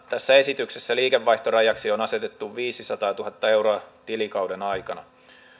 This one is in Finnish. tässä esityksessä liikevaihtorajaksi on asetettu viisisataatuhatta euroa tilikauden aikana